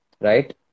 right